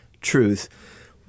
truth